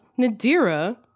Nadira